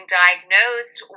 diagnosed